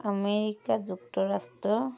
America যুক্তৰাষ্ট্ৰ